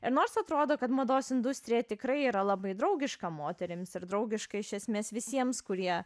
ir nors atrodo kad mados industrija tikrai yra labai draugiška moterims ir draugiška iš esmės visiems kurie